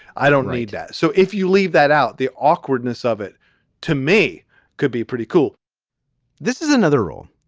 i don't need that. so if you leave that out, the awkwardness of it to me could be pretty cool this is another rule.